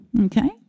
Okay